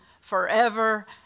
forever